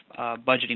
budgeting